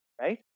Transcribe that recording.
Right